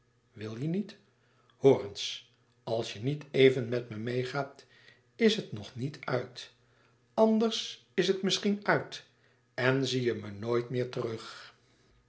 wil je niet hoor eens als je niet even met me meê gaat is het nog niet uit anders is het misschien uit en zie je me nooit meer terug